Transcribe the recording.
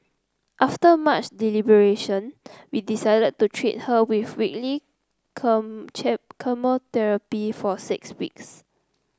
after much deliberation we decided to treat her with weekly chemotherapy for six weeks